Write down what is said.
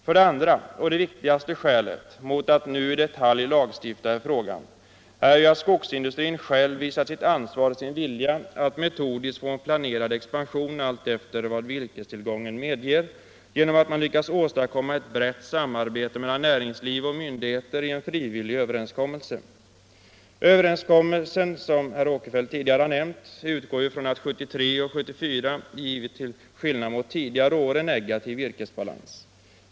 För det andra är ju det viktigaste skälet mot att nu i detalj lagstifta i frågan att skogsindustrin själv visat sitt ansvar och sin vilja att metodiskt få till stånd en planerad expansion allt efter vad virkestillgången medger, genom att man i en frivillig överenskommelse lyckats åstadkomma ett brett samarbete mellan näringsliv och myndigheter. Överenskommelsen utgår, som herr Åkerfeldt tidigare nämnt, från att 1973 och 1974 givit, till skillnad mot tidigare år, en negativ virkesbalans.